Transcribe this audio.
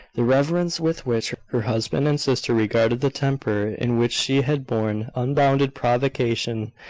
the reverence with which her husband and sister regarded the temper, in which she had borne unbounded provocation,